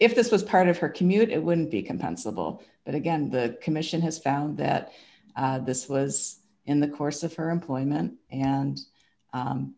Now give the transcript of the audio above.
if this was part of her commute it wouldn't be compensable but again the commission has found that this was in the course of her employment and